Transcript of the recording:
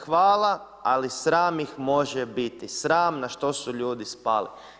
Hvala, ali sram ih može biti, sram na što su ljudi spali.